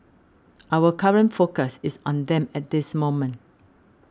our current focus is on them at this moment